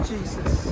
Jesus